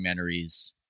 documentaries